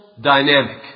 dynamic